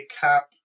cap